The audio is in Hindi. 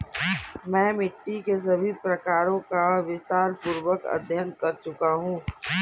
मैं मिट्टी के सभी प्रकारों का विस्तारपूर्वक अध्ययन कर चुका हूं